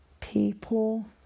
people